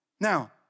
Now